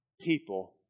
people